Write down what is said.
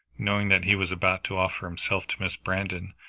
knowing that he was about to offer himself to miss brandon,